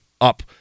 up